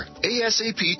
asap